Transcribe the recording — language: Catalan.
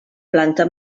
planta